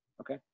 okay